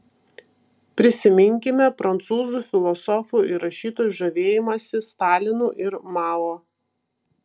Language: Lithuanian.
prisiminkime prancūzų filosofų ir rašytojų žavėjimąsi stalinu ir mao